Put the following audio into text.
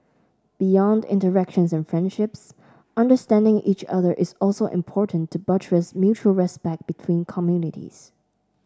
beyond interactions and friendships understanding each other is also important to buttress mutual respect between communities